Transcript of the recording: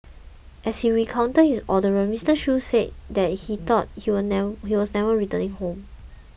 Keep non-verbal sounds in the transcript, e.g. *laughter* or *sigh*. as he recounted his ordeal Mister Shoo said that he thought *unintelligible* he was never returning home